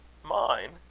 mine?